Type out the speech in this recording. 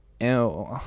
ew